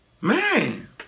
Man